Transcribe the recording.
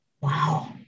Wow